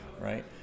right